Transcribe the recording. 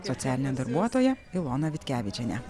socialinė darbuotoja ilona vitkevičienė